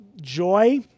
joy